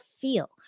feel